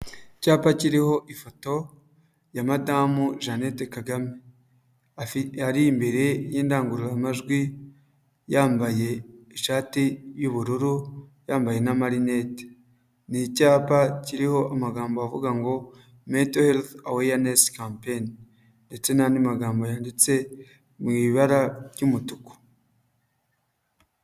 Icyapa kiriho ifoto ya madamu Jeannette Kagame, ari imbere y'indangururamajwi yambaye ishati y'ubururu yambaye n'amarinete. Ni icyapa kiriho amagambo avuga ngo mento helifu aweyanesi kampeni ndetse n'andi magambo yanditse mu ibara ry'umutuku.